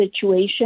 situation